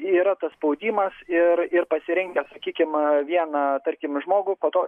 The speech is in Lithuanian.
yra tas spaudimas ir ir pasirinkęs sakykim vieną tarkim žmogų po to